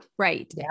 Right